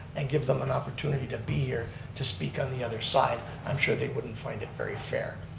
and give them an opportunity to be here to speak on the other side, i'm sure they wouldn't find it very fair.